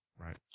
Right